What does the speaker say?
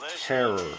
terror